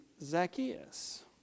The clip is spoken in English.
Zacchaeus